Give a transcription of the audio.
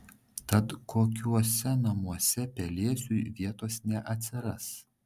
tad kokiuose namuose pelėsiui vietos neatsiras